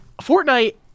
Fortnite